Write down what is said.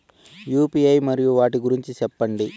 UPI మరియు వాటి గురించి సెప్పండి?